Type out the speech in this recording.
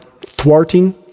thwarting